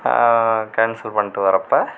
cancel பண்ணிட்டு வரப்போ